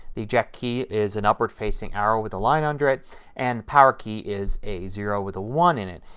the eject key is an upward facing arrow with a line under it and the power key is a zero with a one in it.